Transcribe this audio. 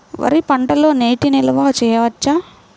వరి పంటలో నీటి నిల్వ చేయవచ్చా?